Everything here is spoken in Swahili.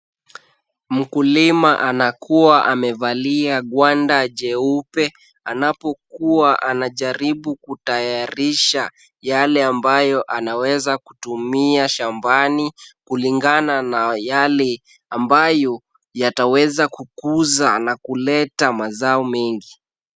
Mkulima anakua amevalia gwanda jeupe, anapokuwa anajaribu kutayarisha yale ambayo anaweza kutumia shambani. Kulingana na Yale ambayo yataweza kukuza na kuleta mazao mengi.